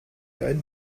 einen